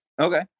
Okay